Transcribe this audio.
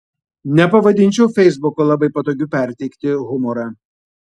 nepavadinčiau feisbuko labai patogiu perteikti humorą